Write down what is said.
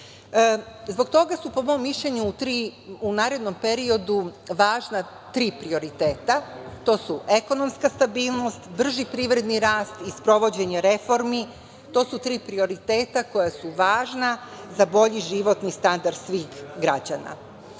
zbog toga su u narednom periodu važna tri prioriteta - ekonomska stabilnost, brži privredni rast i sprovođenje reformi. To su tri prioriteta koja su važna za bolji životni standard svih građana. Ne